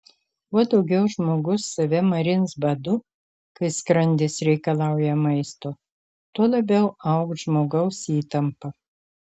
kuo daugiau žmogus save marins badu kai skrandis reikalauja maisto tuo labiau augs žmogaus įtampa